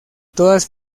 todas